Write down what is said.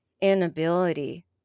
inability